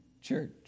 church